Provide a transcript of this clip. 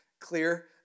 clear